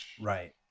Right